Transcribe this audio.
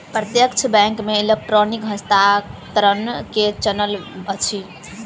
प्रत्यक्ष बैंक मे इलेक्ट्रॉनिक हस्तांतरण के चलन अछि